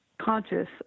conscious